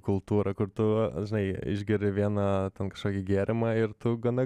kultūrą kur tu žinai išgeri vieną ten kažkokį gėrimą ir tu gana